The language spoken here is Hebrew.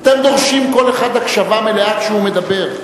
אתם דורשים, כל אחד, הקשבה מלאה כשהוא מדבר.